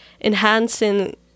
enhancing